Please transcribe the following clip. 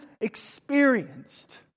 experienced